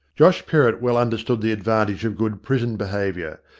josh perrott well understood the ad vantage of good prison-behaviour,